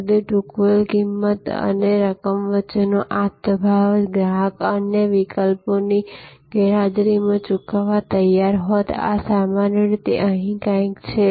તેથી ચૂકવેલ કિંમત અને રકમ વચ્ચેનો આ તફાવત ગ્રાહક અન્ય વિકલ્પોની ગેરહાજરીમાં ચૂકવવા તૈયાર હોત આ સામાન્ય રીતે અહીં ક્યાંક છે